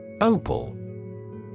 Opal